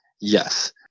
Yes